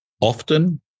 Often